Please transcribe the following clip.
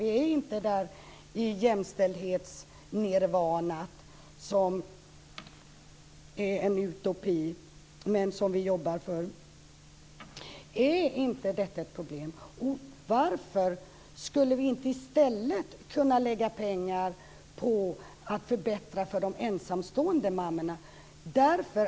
Vi är inte i det jämställdhetsnirvana som är en utopi men som vi jobbar för. Är inte detta ett problem? Och varför skulle vi inte i stället kunna lägga pengar på att förbättra för de ensamstående mammorna?